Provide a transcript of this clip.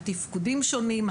התפקודים שונים,